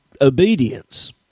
obedience